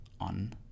on